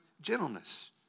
gentleness